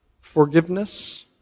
forgiveness